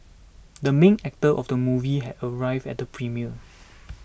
the main actor of the movie had arrived at the premiere